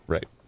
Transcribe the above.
Right